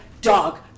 dog